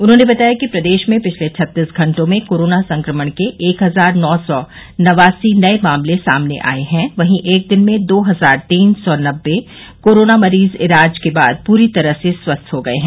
उन्होंने बताया कि प्रदेश में पिछले छत्तीस घंटे में कोरोना संक्रमण के एक हजार नौ सौ नवासी नये मामले सामने आयें हैं वहीं एक दिन में दो हजार तीन सौ नब्बे कोरोना मरीज इलाज के बाद पूरी तरह से स्वस्थ हो गये हैं